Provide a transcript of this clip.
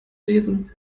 lesen